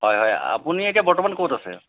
হয় হয় আপুনি এতিয়া বৰ্তমান ক'ত আছে